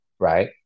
right